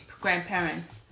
grandparents